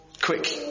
quick